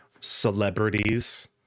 celebrities